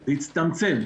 זה הצטמצם.